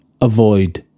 avoid